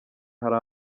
hari